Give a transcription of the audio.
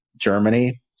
Germany